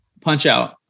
Punch-Out